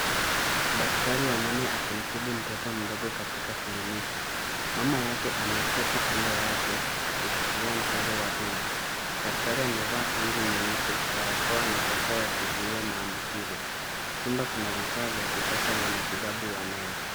Daktari wa meno akimtibu mtoto mdogo katika kliniki. Mama yake ameketi kando yake akishikilia mchezo wa Dubu. Daktari amevaa kanzu nyeupe, barakoa na kofia ya kuzuia maambukizo. Chumba kina vifaa vya kisasa vya matibabu ya meno.